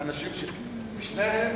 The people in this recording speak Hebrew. ושניהם